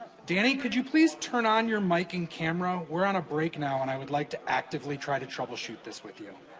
danny, could you please turn on your mic and camera? we're on a break now, and i would like to actively try to troubleshoot this with you.